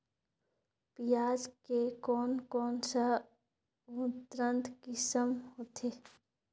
पियाज के कोन कोन सा उन्नत किसम होथे?